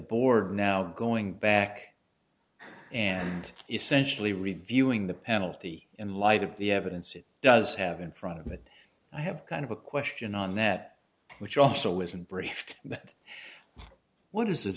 board now going back and essentially reviewing the penalty in light of the evidence it does have in front of me i have kind of a question on that which also isn't briefed and what is